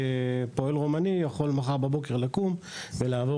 שפועל רומני יכול מחר בבוקר לקום ולהחליט